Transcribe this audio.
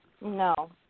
No